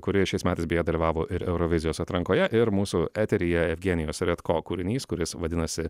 kuri šiais metais beje dalyvavo ir eurovizijos atrankoje ir mūsų eteryje evgenijos redko kūrinys kuris vadinasi